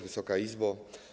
Wysoka Izbo!